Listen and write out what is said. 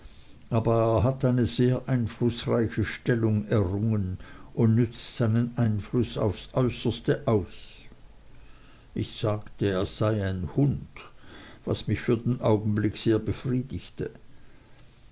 aber er hat eine sehr einflußreiche stellung errungen und nützt seinen einfluß aufs äußerste aus ich sagte er sei ein hund was mich für den augenblick sehr befriedigte